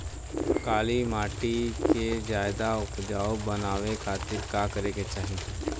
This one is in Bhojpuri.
काली माटी के ज्यादा उपजाऊ बनावे खातिर का करे के चाही?